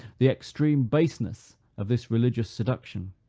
the extreme baseness of this religious seduction.